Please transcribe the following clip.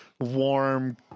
warm